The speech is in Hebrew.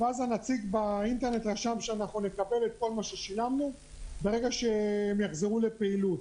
ואז הנציג באינטרנט רשם שנקבל את כל מה ששילמנו ברגע שהם יחזרו לפעילות.